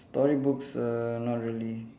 story books err not really